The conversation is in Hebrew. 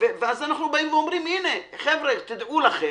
ואז אנחנו אומרים: הנה, חבר'ה, דעו לכם,